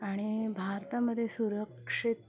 आणि भारतामध्ये सुरक्षित